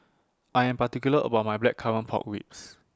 I Am particular about My Blackcurrant Pork Ribs